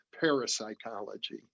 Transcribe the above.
parapsychology